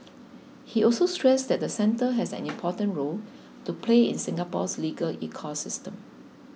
he also stressed that the centre has an important role to play in Singapore's legal ecosystem